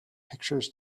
pictures